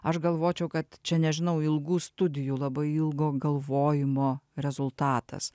aš galvočiau kad čia nežinau ilgų studijų labai ilgo galvojimo rezultatas